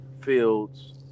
Fields